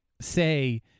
say